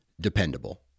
dependable